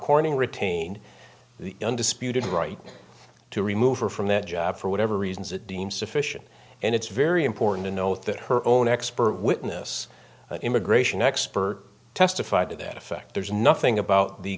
corning retained the undisputed right to remove her from that job for whatever reasons it deemed sufficient and it's very important to note that her own expert witness immigration expert testified to that effect there's nothing about the